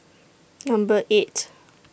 Number eight